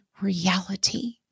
reality